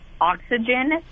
Oxygen